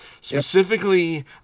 Specifically